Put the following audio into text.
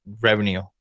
revenue